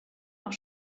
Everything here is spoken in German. auch